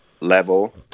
level